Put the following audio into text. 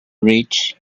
rich